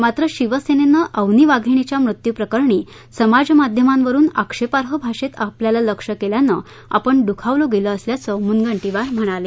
मात्र शिवसेनेनं अवनी वाधिणीच्या मृत्यूप्रकरणी समाजमाध्यमांवरुन आक्षेपार्ह भाषेत आपल्याला लक्ष्य केल्यानं आपण दुखावले गेलो असल्याचं मुनगंटीवार म्हणाले